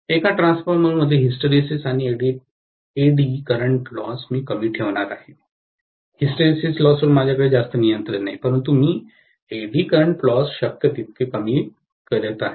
एका ट्रान्सफॉर्मरमध्ये हिस्टरेसिस आणि एडी करंट लॉस मी कमी ठेवणार आहे हिस्टरेसिस लॉसवर माझ्याकडे जास्त नियंत्रण नाही परंतु मी एडी करंट लॉस शक्य तितके कमी करत आहे